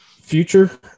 future